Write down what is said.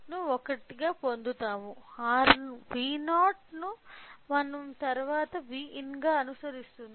V0 మన తరువాత Vin అనుసరిస్తుంది